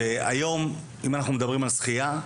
היום, אם אנחנו מדברים על שחייה,